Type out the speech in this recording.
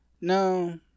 No